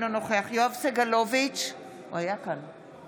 אינו נוכח יואב סגלוביץ' אינו